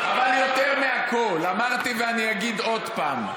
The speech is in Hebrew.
אבל יותר מהכול, אמרתי ואני אגיד עוד פעם: